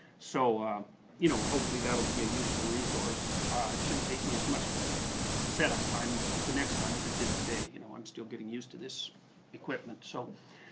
so you know hopefully that'll be a useful resource. ah it shouldn't take me as much setup time the next time as it did me today. you know i'm still getting used to this equipment. so,